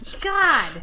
god